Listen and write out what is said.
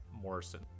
Morrison